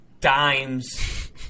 Dimes